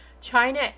China